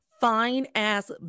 fine-ass